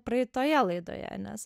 praeitoje laidoje nes